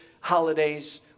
holidays